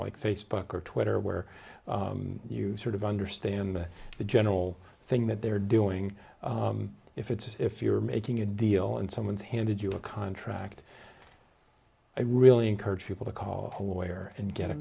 like facebook or twitter where you sort of understand the general thing that they're doing if it's if you're making a deal and someone's handed you a contract i really encourage people to call a lawyer and get a